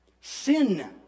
Sin